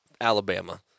Alabama